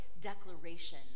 declaration